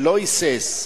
שלא היסס,